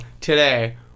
today